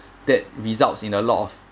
that results in a lot of